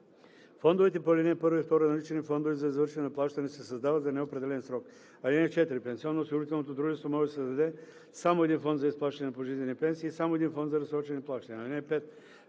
Фондовете по ал. 1 и 2, наричани „фондове за извършване на плащания“, се създават за неопределен срок. (4) Пенсионноосигурителното дружество може да създаде само един фонд за изплащане на пожизнени пенсии и само един фонд за разсрочени плащания.